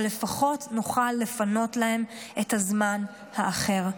אבל לפחות נוכל לפנות להם את הזמן האחר.